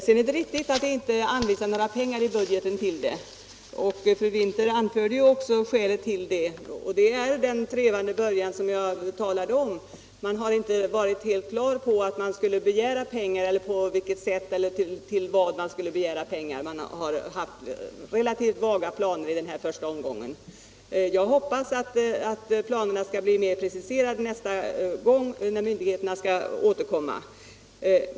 Det är riktigt att det inte anvisats några pengar i budgeten till detta. Fru Winther anförde också skälet. Det är den trevande början jag talade om; man har inte varit helt klar över att man skulle begära pengar, på vilket sätt eller till vad man skulle begära dem. Man har haft relativt vaga planer i den första omgången. Jag hoppas att planerna skall bli mer preciserade nästa gång myndigheterna återkommer.